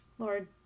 Lord